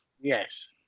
Yes